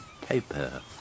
paper